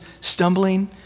stumbling